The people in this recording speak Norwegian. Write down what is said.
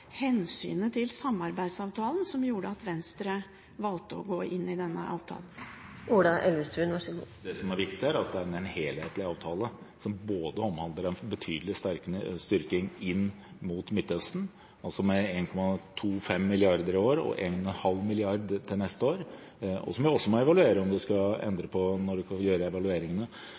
hensynet til samarbeidsavtalen som gjorde at Venstre valgte å gå inn i denne avtalen? Det som er viktig, er at dette er en helhetlig avtale som omhandler en betydelig styrking inn mot Midtøsten, altså med 1,25 mrd. kr i år – og en halv milliard neste år. Så må vi evaluere om vi skal endre på dette. Det